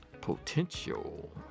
potential